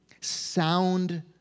sound